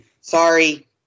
Sorry